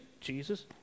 Jesus